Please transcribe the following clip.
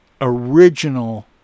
original